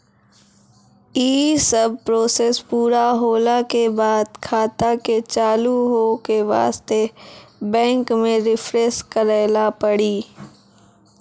यी सब प्रोसेस पुरा होला के बाद खाता के चालू हो के वास्ते बैंक मे रिफ्रेश करैला पड़ी?